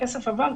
והכסף עבר.